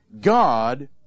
God